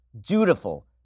dutiful